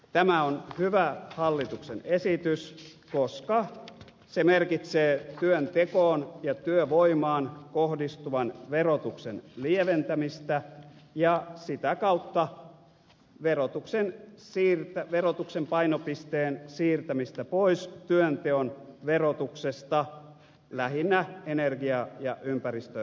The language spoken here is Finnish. tämä on hyvä hallituksen esitys koska se merkitsee työntekoon ja työvoimaan kohdistuvan verotuksen lieventämistä ja sitä kautta verotuksen painopisteen siirtämistä pois työnteon verotuksesta lähinnä energia ja ympäristöverojen suuntaan